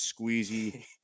squeezy